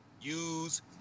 use